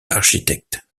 architecte